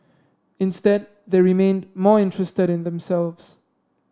instead they remained more interested in themselves